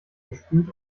gespült